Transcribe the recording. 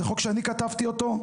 זה חוק שאני כתבתי אותו,